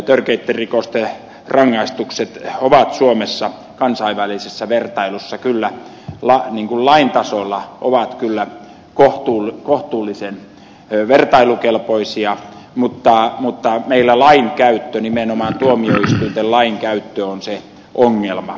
törkeitten rikosten rangaistukset ovat suomessa kansainvälisessä vertailussa kyllä lain tasolla kohtuullisen vertailukelpoisia mutta meillä nimenomaan tuomioistuinten lainkäyttö on se ongelma